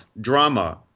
drama